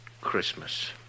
Christmas